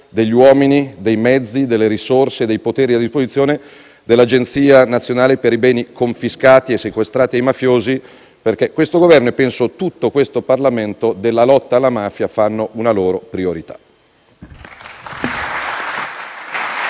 degli uomini, dei mezzi, delle risorse e dei poteri a disposizione dell'Agenzia nazionale per i beni confiscati e sequestrati ai mafiosi, perché questo Governo, e penso tutto questo Parlamento, della lotta alla mafia fanno una loro priorità.